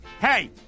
Hey